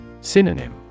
Synonym